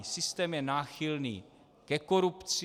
Systém je náchylný ke korupci.